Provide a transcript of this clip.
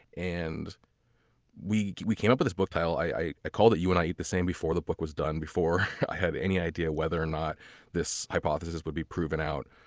and we we came up with this book title, i i called it you and i eat the same before the book was done, before i had any idea whether or not this hypothesis would be proven out.